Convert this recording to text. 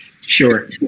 Sure